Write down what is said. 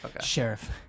sheriff